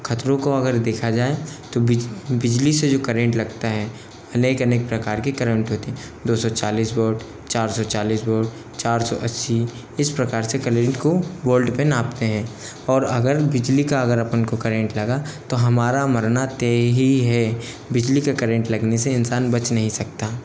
ख़तरों को अगर देखा जाए तो बिज बिजली से जो करंट लगता है अनेक अनेक प्रकार के करंट होते दो सौ चालीस वोट चार सौ चालीस वोट चार सौ अस्सी इस प्रकार से करंट को वोल्ट पे नापते हैं और अगर बिजली का अगर अपन को करंट लगा तो हमारा मरना तय ही है बिजली का करंट लगने से इंसान बच नहीं सकता